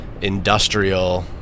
industrial